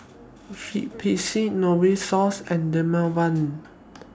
Strepsils Novosource and Dermaveen